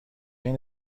این